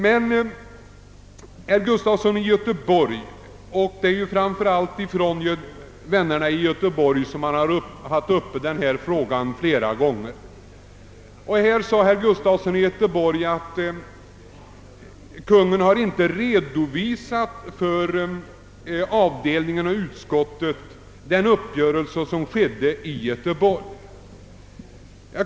Vännerna i Göteborg har vid flera tillfällen berört denna fråga. Herr Gustafson i Göteborg sade att Kungl. Maj:t inte för avdelningen och utskottet redovisat den uppgörelse som träffats med Göteborg.